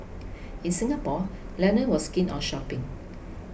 in Singapore Lennon was keen on shopping